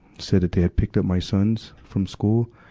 said that they had picked up my sons from school,